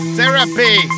Therapy